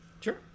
Sure